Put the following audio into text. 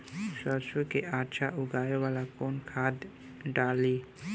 सरसो के अच्छा उगावेला कवन खाद्य डाली?